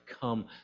come